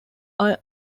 are